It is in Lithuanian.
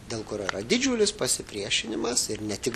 dėl kurio yra didžiulis pasipriešinimas ir ne tik